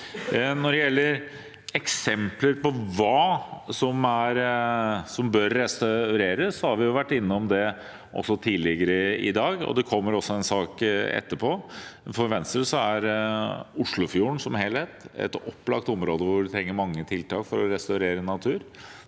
Når det gjelder eksempler på hva som bør restaureres, har vi vært innom det også tidligere i dag, og det kommer også en sak etterpå. For Venstre er Oslofjorden som helhet et opplagt område hvor en trenger mange tiltak for å restaurere natur,